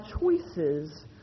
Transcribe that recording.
choices